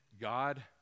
God